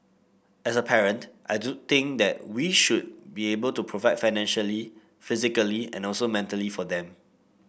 as a parent I do think that we should be able to provide financially physically and also mentally for them